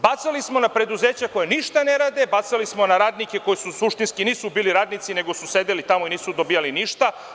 Bacali smo na preduzeća koja ništa ne rade, bacali smo na radnike koji suštinski nisu bili radnici, nego su sedeli tamo i nisu dobijali ništa.